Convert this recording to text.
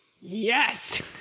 yes